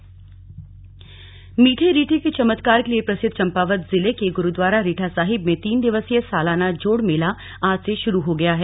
जोड़ मेला मीठे रीठे के चमत्कार के लिए प्रसिद्ध चम्पावत जिले के गुरुद्वारा रीठा साहिब में तीन दिवसीय सालाना जोड़ मेला आज से शुरू हो गया है